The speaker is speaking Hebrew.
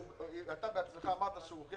שהוא עשה שינוי